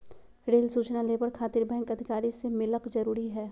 Rail सूचना labour खातिर bank अधिकारी से मिलक जरूरी है?